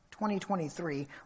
2023